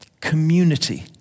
community